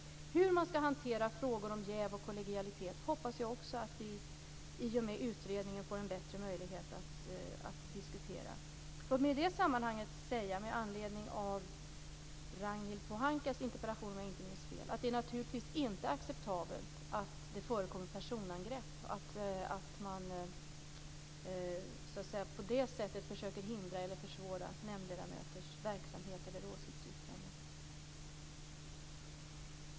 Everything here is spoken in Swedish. Hur man skall hantera frågor om jäv och kollegialitet hoppas jag också att vi i och med utredningen får en bättre möjlighet att diskutera. Låt mig i det sammanhanget säga - med anledning av Ragnhild Pohankas interpellation, om jag inte minns fel - att det naturligtvis inte är acceptabelt att det förekommer personangrepp och att man på det sättet försöker hindra eller försvåra nämndledamöters verksamhet eller åsiktsyttranden.